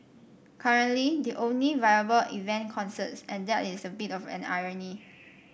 currently the only viable event concerts and that is a bit of an irony